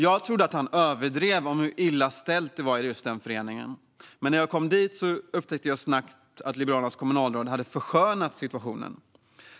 Jag trodde att han överdrev om hur illa ställt det var i föreningen, men när jag kom dit upptäckte jag snabbt att Liberalernas kommunalråd hade förskönat situationen.